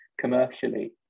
commercially